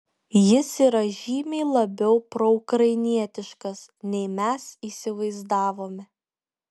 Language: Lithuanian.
jis yra žymiai labiau proukrainietiškas nei mes įsivaizdavome